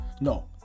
No